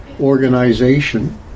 organization